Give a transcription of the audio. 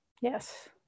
Yes